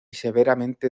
severamente